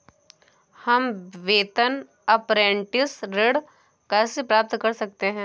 हम वेतन अपरेंटिस ऋण कैसे प्राप्त कर सकते हैं?